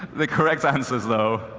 the correct answers, though,